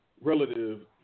relative